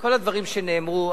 כל הדברים שנאמרו,